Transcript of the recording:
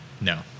No